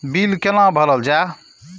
Bill कैना भरल जाय?